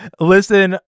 listen